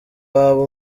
waba